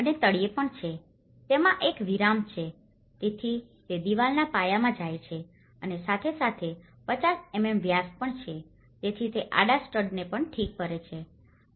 અને તળિયે પણ છે તેમાં એક વિરામ છે તેથી તે દિવાલના પાયામાં જાય છે અને સાથે સાથે 50mm વ્યાસ પણ છે તેથી તે આડા સ્ટડને પણ ઠીક કરે છે